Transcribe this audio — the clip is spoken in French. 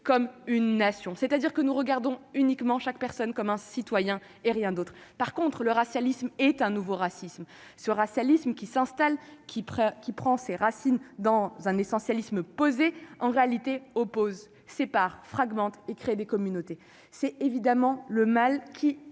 comme une nation, c'est-à-dire que nous regardons uniquement chaque personne comme un citoyen et rien d'autre, par contre, le racialiste est un nouveau racisme sera liste qui s'installe, qui prend qui prend ses racines dans un essentialisme posé en réalité oppose sépare fragmentent et créer des communautés, c'est évidemment le mal qui